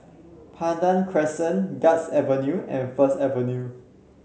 Pandan Crescent Guards Avenue and First Avenue